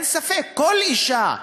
אין ספק, כל אישה.